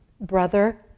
brother